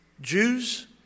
Jews